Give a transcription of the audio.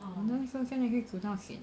you know 煮东西就 sian